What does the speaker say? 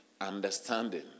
understanding